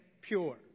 pure